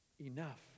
enough